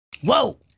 Whoa